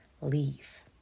leave